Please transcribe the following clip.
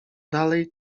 dalej